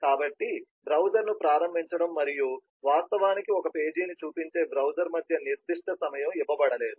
కాబట్టి బ్రౌజర్ను ప్రారంభించడం మరియు వాస్తవానికి ఒక పేజీని చూపించే బ్రౌజర్ మధ్య నిర్దిష్ట సమయం ఇవ్వబడలేదు